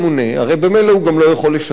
הרי ממילא הוא לא יכול לשחרר,